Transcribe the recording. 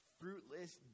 Fruitless